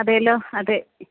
അതേല്ലോ അതെ